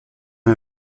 sur